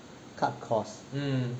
cut costs